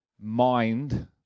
mind